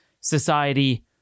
society